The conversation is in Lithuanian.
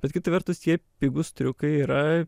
bet kita vertus tie pigūs triukai yra